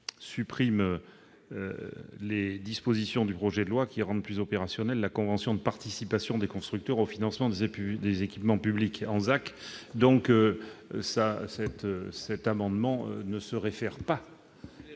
supprimer les dispositions du projet de loi rendant plus opérationnelle la convention de participation des constructeurs au financement des équipements publics en ZAC. Les deux amendements ne se réfèrent